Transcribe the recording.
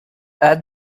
add